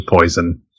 poison